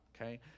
okay